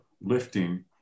lifting